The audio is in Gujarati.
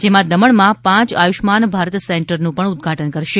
જેમાં દમણમાં પાંચ આયુષ્યમાન ભારત સેન્ટરનું પણ ઉદ્દઘાટન કરશે